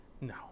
No